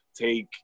take